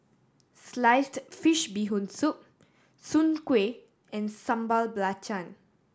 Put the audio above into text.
sliced fish Bee Hoon Soup soon kway and Sambal Belacan